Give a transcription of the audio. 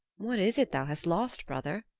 what is it thou hast lost, brother?